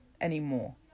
anymore